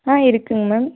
ஆ இருக்குதுங்க மேம்